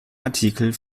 artikeln